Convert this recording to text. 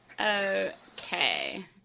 Okay